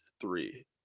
three